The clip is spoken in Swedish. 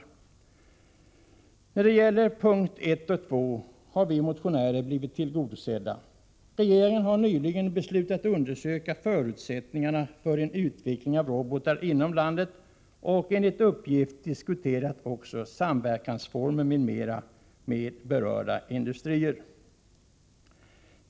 När det gäller punkt 1 och 2 har vi motionärer blivit tillgodosedda. Regeringen har nyligen beslutat undersöka förutsättningarna för en utveckling av robotar inom landet, och enligt uppgift diskuteras också samverkansformer m.m. med berörda industrier.